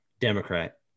Democrat